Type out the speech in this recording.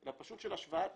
פשוט של השוואת תנאים.